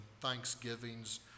thanksgivings